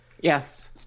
Yes